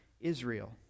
Israel